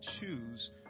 choose